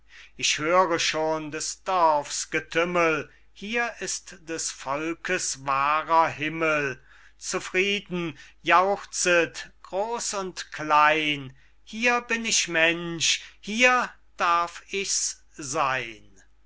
ich höre schon des dorfs getümmel hier ist des volkes wahrer himmel zufrieden jauchzet groß und klein hier bin ich mensch hier darf ich's seyn